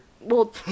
Well-